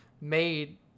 made